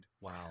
Wow